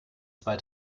zwei